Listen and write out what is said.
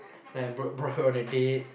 then I brought brought her on a date